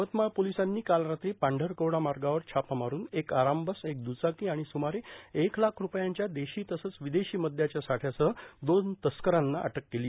यवतमाळ पोलिसांनी काल रात्री पांढरकवडा मार्गावर छापा मारुन एक आरामबस एक द्रचाकी आणि स्रमारे एक लाख रुपयांच्या देशी तसंच विदेशी मद्याच्या साठ्यासह दोन तस्करांना अटक केली